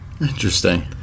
Interesting